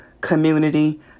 community